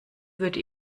würde